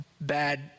bad